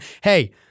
hey